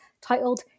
titled